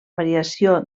variació